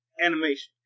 animation